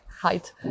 height